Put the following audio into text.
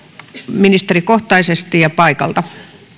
ministerikohtaisesti ja paikalta